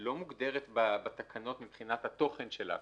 לא מוגדרת בתקנות מבחינת התוכן שלה.